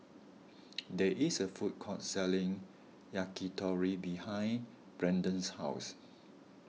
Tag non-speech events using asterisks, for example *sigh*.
*noise* there is a food court selling Yakitori behind Brandon's house